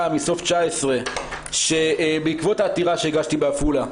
מסוף 2019 שבעקבות העתירה שהגשתי בעפולה,